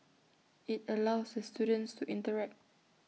IT allows the students to interact